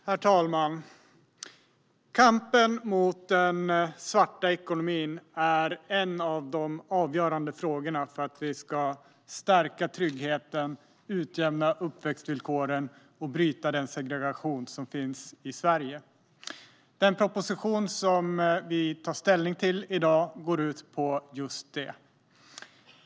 Herr talman! Kampen mot den svarta ekonomin är en av de avgörande frågorna för att vi ska stärka tryggheten, utjämna uppväxtvillkoren och bryta den segregation som finns i Sverige. Den proposition som vi tar ställning till i dag går ut på just det.